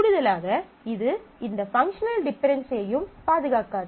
கூடுதலாக இது இந்த பங்க்ஷனல் டிபென்டென்சியையும் பாதுகாக்காது